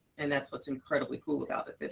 and that's what's incredibly cool about it.